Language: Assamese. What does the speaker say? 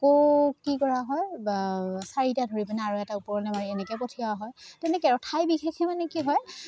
আকৌ কি কৰা হয় বা চাৰিটা ধৰি পিনে আৰু এটা ওপৰলৈ মাৰি এনেকৈ পঠিওৱা হয় তেনেকৈ আৰু ঠাই বিশেষে মানে কি হয়